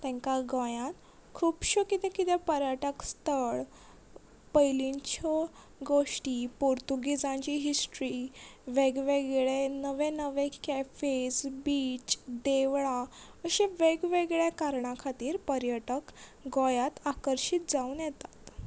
तेंकां गोंयान खुबश्यो कितें कितें पर्यटक स्थळ पयलींच्यो गोश्टी पोर्तुगेजांची हिश्ट्री वेगवेगळे नवे नवे कॅफेज बीच देवळां अशें वेगवेगळ्या कारणां खातीर पर्यटक गोंयात आकर्शीत जावन येतात